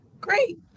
Great